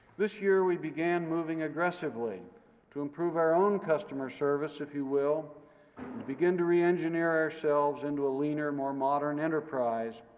this year, we began moving aggressively to improve our own customer service, if you will, and to begin to re-engineer ourselves into a leaner, more modern enterprise.